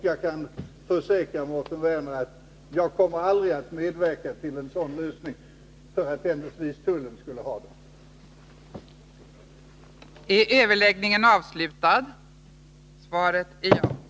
Jag kan försäkra Mårten Werner om att jag aldrig kommer att medverka till en sådan lösning, bara för att tullpersonalen händelsevis har den rättigheten.